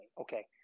okay